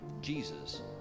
Jesus